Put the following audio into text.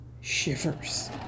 shivers